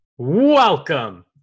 Welcome